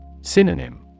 Synonym